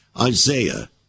Isaiah